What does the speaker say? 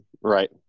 Right